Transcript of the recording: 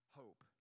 hope